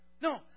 No